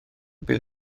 bydd